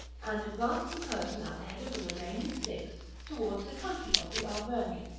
and advanced in person at the head of the remaining six towards the country of the arverni,